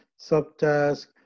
subtask